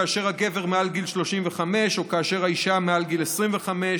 כאשר הגבר מעל גיל 35 או כאשר האישה מעל גיל 25,